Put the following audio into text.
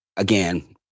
Again